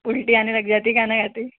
उल्टी आने लग जाती खाना खाते ही